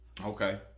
Okay